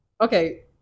okay